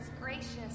gracious